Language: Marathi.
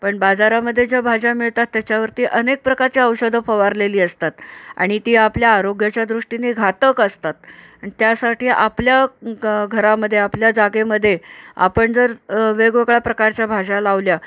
पण बाजारामध्ये ज्या भाज्या मिळतात त्याच्यावरती अनेक प्रकारच्या औषधं फवारलेली असतात आणि ती आपल्या आरोग्याच्या दृष्टीने घातक असतात आणि त्यासाठी आपल्या घरामध्ये आपल्या जागेमध्ये आपण जर वेगवेगळ्या प्रकारच्या भाज्या लावल्या